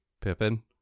Pippin